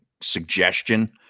suggestion